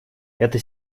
это